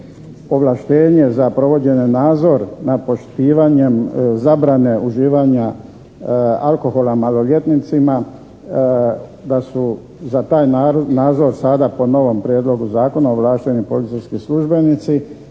ovlaštenje za provođenje nadzora nad poštivanjem zabrane uživanja alkohola maloljetnicima, da su za taj nadzor sada po novom prijedlogu zakona ovlašteni policijski službenici